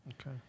okay